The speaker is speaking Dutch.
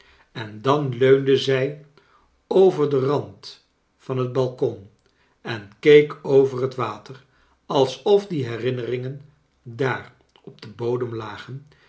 luii dan leunde zij over den rand van het balcon en keek over het water alsof die herinneringen daax op den bodem lagen